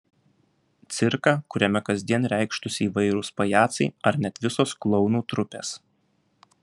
cirką kuriame kasdien reikštųsi įvairūs pajacai ar net visos klounų trupės